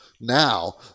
now